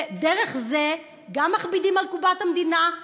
ודרך זה גם מכבידים על קופת המדינה,